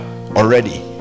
already